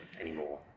anymore